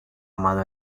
amado